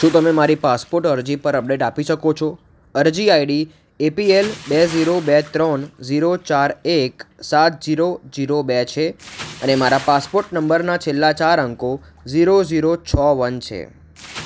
શું તમે મારી પાસપોટ અરજી પર અપડેટ આપી શકો છો અરજી આઈડી એપીએલ બે ઝીરો બે ત્રણ ઝીરો ચાર એક સાત જીરો જીરો બે છે અને મારા પાસપોટ નંબરના છેલ્લા ચાર અંકો ઝીરો ઝીરો છ વન છે